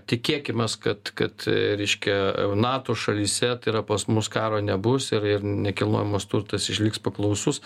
tikėkimės kad kad reiškia nato šalyse tai yra pas mus karo nebus ir ir nekilnojamas turtas išliks paklausus